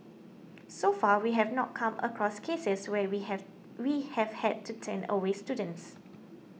so far we have not come across cases where we have we have had to turn away students